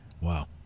Wow